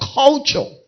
culture